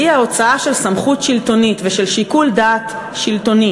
והיא ההוצאה של סמכות שלטונית ושל שיקול דעת שלטוני